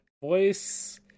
voice